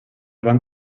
van